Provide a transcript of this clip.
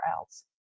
else